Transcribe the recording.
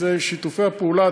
זה שיתופי הפעולה.